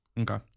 okay